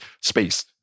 space